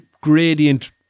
gradient